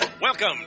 Welcome